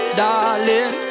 darling